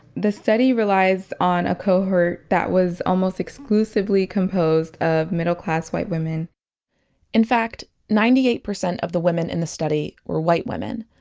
the study relies on a cohort that was almost exclusively composed of middle class white women in fact, ninety eight percent of the women in the study were white women.